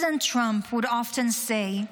"President Trump would often say,